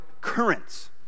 currents